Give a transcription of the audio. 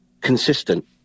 consistent